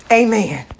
amen